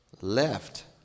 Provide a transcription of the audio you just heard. Left